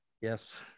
Yes